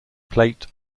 plate